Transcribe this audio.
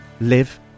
live